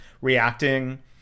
reacting